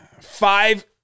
five